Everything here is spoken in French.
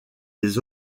les